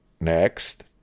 Next